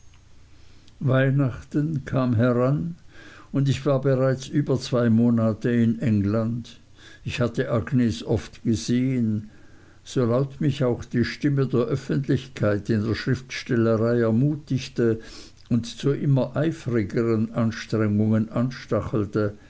weihnachten kam heran und ich war bereits über zwei monate in england ich hatte agnes oft gesehen so laut mich auch die stimme der öffentlichkeit in der schriftstellerei ermutigte und zu immer eifrigeren anstrengungen anstachelte